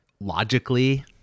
logically